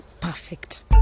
Perfect